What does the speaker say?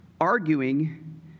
arguing